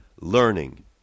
learning